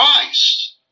Christ